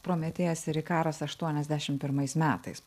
prometėjas ir ikaras aštuoniasdešim pirmais metais